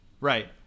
Right